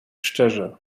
szczerze